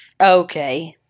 Okay